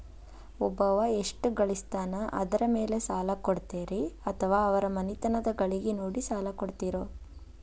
ಒಬ್ಬವ ಎಷ್ಟ ಗಳಿಸ್ತಾನ ಅದರ ಮೇಲೆ ಸಾಲ ಕೊಡ್ತೇರಿ ಅಥವಾ ಅವರ ಮನಿತನದ ಗಳಿಕಿ ನೋಡಿ ಸಾಲ ಕೊಡ್ತಿರೋ?